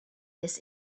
this